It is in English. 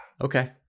Okay